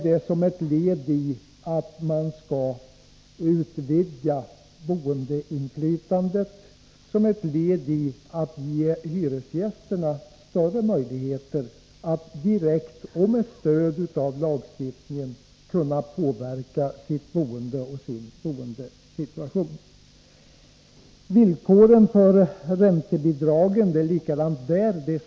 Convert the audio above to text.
Detta är ett led i att utvidga boendeinflytandet, ett led i att ge hyresgästerna större möjligheter att direkt, och med stöd av lagstiftningen, kunna påverka sitt boende och sin boendesituation. Det är likadant när det gäller villkoren för räntebidragen.